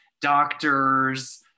doctors